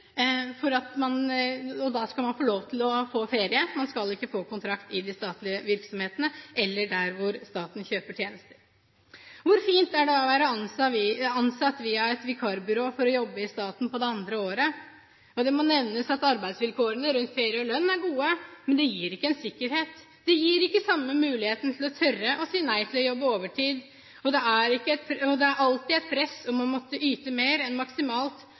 da skal man få lov til å få ferie, man skal ikke få kontrakt i de statlige virksomhetene eller der hvor staten kjøper tjenester. Hvor fint er det å være ansatt via et vikarbyrå for å jobbe i staten på andre året? Det må også nevnes at arbeidsvilkårene rundt ferie og lønn er gode, men det gir ingen sikkerhet. Det gir ikke den samme muligheten til å tørre å si nei til å jobbe overtid, og det er alltid et press om å yte mer enn maksimalt